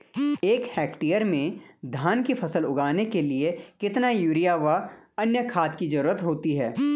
एक हेक्टेयर में धान की फसल उगाने के लिए कितना यूरिया व अन्य खाद की जरूरत होती है?